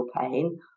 pain